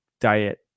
diet